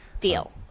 deal